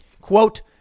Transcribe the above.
Quote